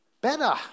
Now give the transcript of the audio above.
Better